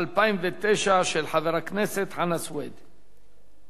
של חבר הכנסת חנא סוייד, רבותי,